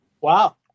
Wow